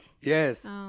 Yes